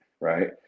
right